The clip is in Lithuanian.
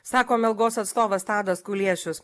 sako melgos atstovas tadas kuliešius